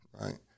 right